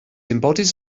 embodies